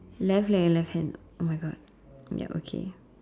left leg and left hand !oh-my-God! ya okay